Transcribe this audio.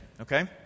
okay